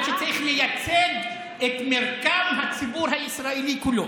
הליכוד אומר שצריך לייצג את מרקם הציבור הישראלי כולו.